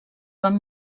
van